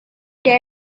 day